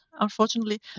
unfortunately